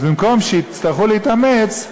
אז במקום שיצטרכו להתאמץ,